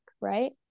right